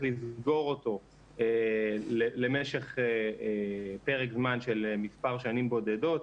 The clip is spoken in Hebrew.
לסגור אותו למשך פרק זמן של מספר שנים בודדות.